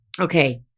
Okay